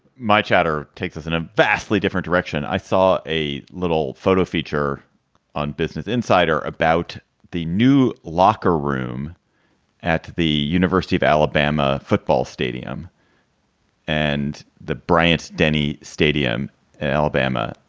my chapter takes us in a vastly different direction i saw a little photo feature on business insider about the new locker room at the university of alabama football stadium and the bryant denny stadium in alabama.